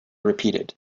repeated